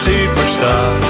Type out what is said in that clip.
Superstar